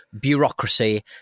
bureaucracy